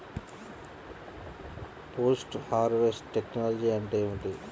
Post harvest technology అంటే ఏమిటి?